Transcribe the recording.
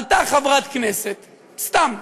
עלתה חברת כנסת, סתם,